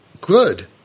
good